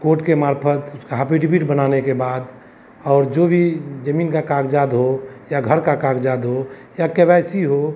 coat के मार्फ़त उसका हाफिडिबिट बनाने के बाद और जो भी ज़मीन का कागज़ाद हो या घर का कागज़ाद हो या के वाई सी हो